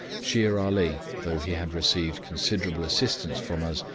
shere ali, though he had received considerable assistance from us,